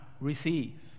receive